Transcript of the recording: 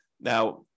Now